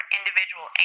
individual